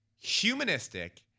humanistic